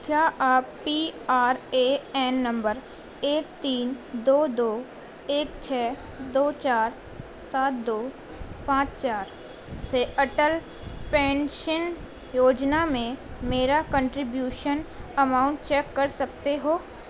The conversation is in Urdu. کیا آپ پی آر اے این نمبر ایک تین دو دو ایک چھ دو چار سات دو پانچ چار سے اٹل پینشن یوجنا میں میرا کنٹریبیوشن اماؤنٹ چیک کر سکتے ہو